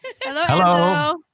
Hello